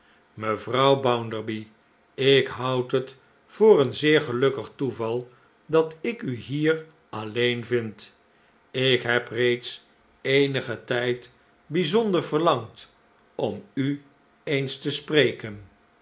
mevrouw bounderby ik houd het voor een zeer gelukkig toeval dat ik u hier alleen vind ik heb reeds eenigeh tijd bijzonder verlangd om u eens te spreken